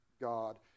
God